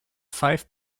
five